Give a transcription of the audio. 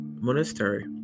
monastery